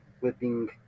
whipping